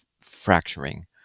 fracturing